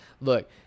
Look